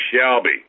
Shelby